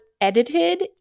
edited